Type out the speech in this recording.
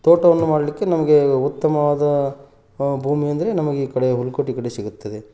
ತೋಟವನ್ನು ಮಾಡಲಿಕ್ಕೆ ನಮಗೆ ಉತ್ತಮವಾದ ಭೂಮಿ ಅಂದರೆ ನಮಗೆ ಈ ಕಡೆ ಹುಲಕೋಟಿ ಕಡೆ ಸಿಗುತ್ತದೆ